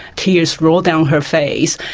tears rolled down her face.